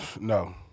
No